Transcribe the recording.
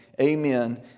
amen